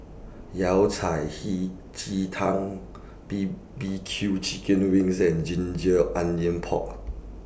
Yao Cai Hei Ji Tang B B Q Chicken Wings and Ginger Onions Pork